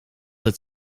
het